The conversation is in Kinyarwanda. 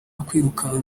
kwirukanka